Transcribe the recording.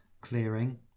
clearing